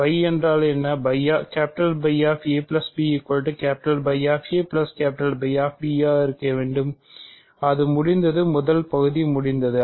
φ என்றால் என்னவென்றால் ஆக இருக்க வேண்டும் அது முடிந்தது முதல் பகுதி முடிந்தது